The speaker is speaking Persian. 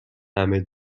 همه